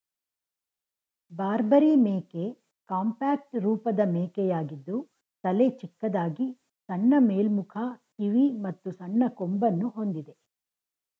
ಬಾರ್ಬರಿ ಮೇಕೆ ಕಾಂಪ್ಯಾಕ್ಟ್ ರೂಪದ ಮೇಕೆಯಾಗಿದ್ದು ತಲೆ ಚಿಕ್ಕದಾಗಿ ಸಣ್ಣ ಮೇಲ್ಮುಖ ಕಿವಿ ಮತ್ತು ಸಣ್ಣ ಕೊಂಬನ್ನು ಹೊಂದಿದೆ